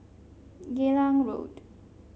Geylang Road